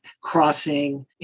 crossing